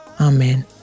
Amen